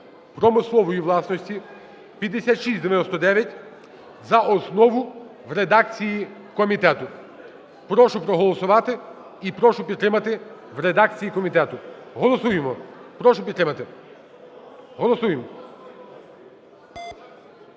(промислової) власності (5699) за основу в редакції комітету. Прошу проголосувати. І прошу підтримати в редакції комітету. Голосуємо. Прошу підтримати. Голосуємо.